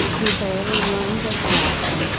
who thoroughly learned this lesson,